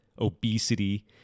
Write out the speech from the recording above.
obesity